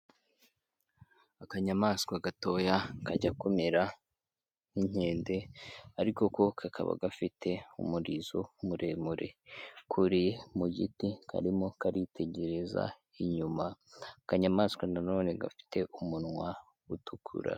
Akanyamaswa gatoya kajya kumera nk'inkende ariko ko kakaba gafite umurizo muremure, kuriye mu giti karimo karitegereza inyuma, akanyamaswa na none gafite umunwa utukura.